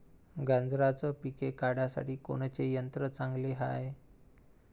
गांजराचं पिके काढासाठी कोनचे यंत्र चांगले हाय?